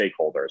stakeholders